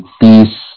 peace